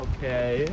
Okay